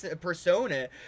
persona